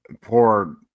Poor